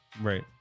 Right